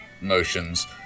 motions